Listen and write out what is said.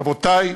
רבותי,